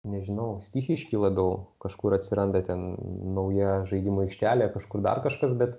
nežinau stichiški labiau kažkur atsiranda ten nauja žaidimų aikštelė kažkur dar kažkas bet